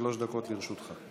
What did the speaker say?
שלוש דקות לרשותך.